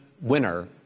winner